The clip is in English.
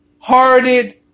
hearted